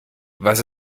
was